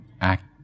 act